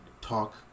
talk